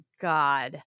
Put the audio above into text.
God